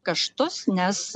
kaštus nes